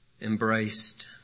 Embraced